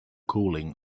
cooling